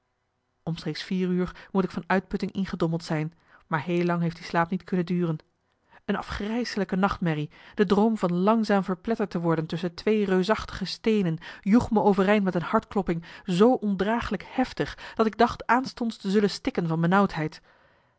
omstreeks vier uur moet ik van uitputting ingedommeld zijn maar heel lang heeft die slaap niet kunnen duren een afgrijselijke nachtmerrie de droom van langzaam verpletterd te worden tusschen twee reusachtige steenen joeg me overeind met een hartklopping zoo ondraaglijk heftig dat ik dacht aanstonds te zullen stikken van